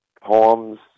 poems